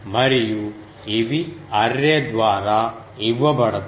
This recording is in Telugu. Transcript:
మరియు ఇవి అర్రే ద్వారా ఇవ్వబడతాయి